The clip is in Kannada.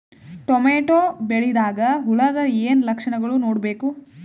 ಟೊಮೇಟೊ ಬೆಳಿದಾಗ್ ಹುಳದ ಏನ್ ಲಕ್ಷಣಗಳು ನೋಡ್ಬೇಕು?